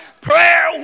Prayer